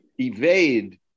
evade